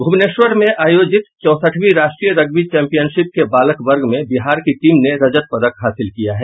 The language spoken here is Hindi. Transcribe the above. भूवनेश्वर में आयोजित चौसठवीं राष्ट्रीय रग्बी चैम्पियनशिप के बालक वर्ग में बिहार की टीम ने रजत पदक हासिल किया है